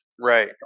Right